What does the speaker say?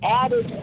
added